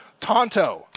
Tonto